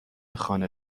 خانه